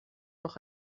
noch